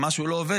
אם משהו לא עובד,